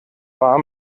war